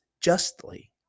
justly